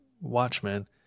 Watchmen